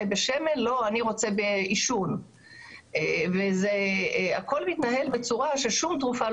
מושג, שקנאביס מגיע גם בצורה ובריכוזים אחרים.